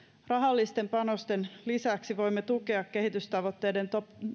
rahallisten panosten lisäksi voimme tukea kehitystavoitteiden